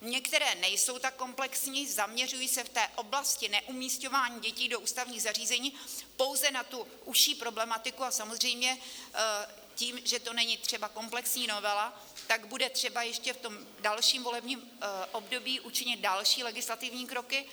Některé nejsou tak komplexní, zaměřují se v té oblasti neumisťování dětí do ústavních zařízení pouze na tu užší problematiku a samozřejmě tím, že to není třeba komplexní novela, tak bude třeba ještě v tom dalším volebním období učinit další legislativní kroky.